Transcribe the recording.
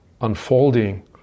unfolding